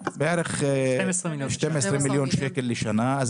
בערך 12 מיליון שקל לשנה,